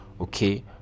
Okay